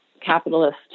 capitalist